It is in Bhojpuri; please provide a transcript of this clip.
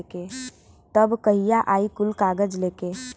तब कहिया आई कुल कागज़ लेके?